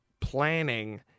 planning